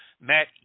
Matt